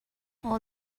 all